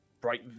bright